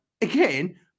again